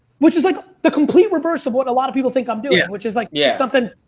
which is like the complete reverse of what a lot of people think i'm doing, which is like yeah something.